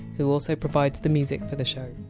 who also provides the music for the show.